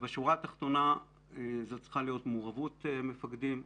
זאת צריכה להיות מעורבות מפקדים,